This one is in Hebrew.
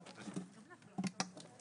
הישיבה ננעלה